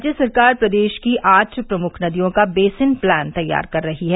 राज्य सरकार प्रदेश की आठ प्रमुख नदियों का बेसिन प्लान तैयार कर रही है